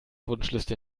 wunschliste